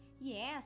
Yes